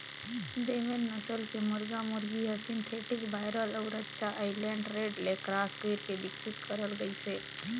देवेंद नसल के मुरगा मुरगी हर सिंथेटिक बायलर अउ रद्दा आइलैंड रेड ले क्रास कइरके बिकसित करल गइसे